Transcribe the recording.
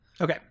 okay